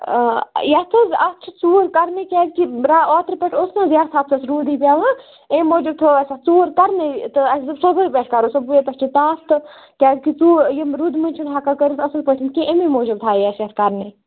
آ یَتھ حظ اَتھ چھُ ژوٗر کَرنُے کیٛازِکہِ رات اوترٕ پیٚٹھ اوس نہٕ حظ یَتھ ہَفتَس روٗدُے پیٚوان اَمہِ موٗجوٗب تھَو اسہِ ژوٗر کَرنٕے تہٕ اسہِ دوٚپ صُبحے پیٚٹھ کرٕہوس صُبحے پیٚٹھ چھُ تاپھ تہٕ کیٛازِکہِ ژوٗر یِم روٗدٕ مٔنٛزۍ چھِنہٕ ہیٚکان کٔرِتھ اَصٕل پٲٹھۍ کیٚنٛہہ اَمی موٗجوٗب تھایَے اسہِ اَتھ کَرنٕے